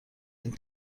این